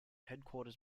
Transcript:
headquarters